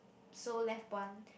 so left one